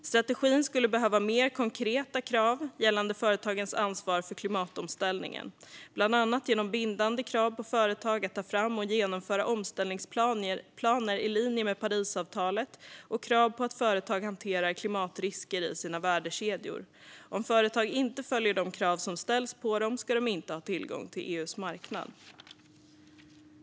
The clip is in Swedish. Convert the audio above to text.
Strategin skulle behöva mer konkreta krav gällande företagens ansvar för klimatomställningen, bland annat genom bindande krav på företag att ta fram och genomföra omställningsplaner i linje med Parisavtalet och krav på att företag hanterar klimatrisker i sina värdekedjor. Om företag inte följer de krav som ställs på dem ska de inte ha tillgång till EU:s marknad.